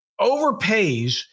overpays